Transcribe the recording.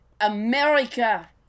America